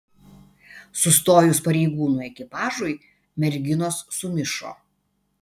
sustojus pareigūnų ekipažui merginos sumišo